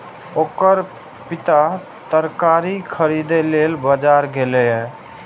ओकर पिता तरकारी खरीदै लेल बाजार गेलैए